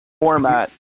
format